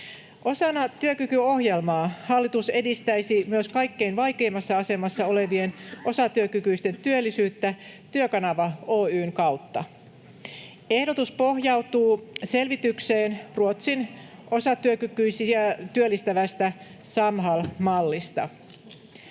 Osana työkykyohjelmaa hallitus edistäisi myös kaikkein vaikeimmassa asemassa olevien osatyökykyisten työllisyyttä Työkanava Oy:n kautta. Ehdotus pohjautuu selvitykseen Ruotsin osatyökykyisiä työllistävästä Samhall-mallista.